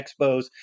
Expos